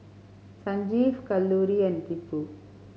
Sanjeev Kalluri and Tipu